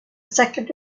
second